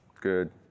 Good